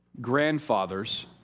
grandfathers